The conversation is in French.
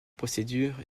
procédure